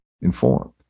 informed